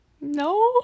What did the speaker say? no